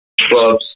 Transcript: clubs